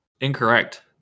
Incorrect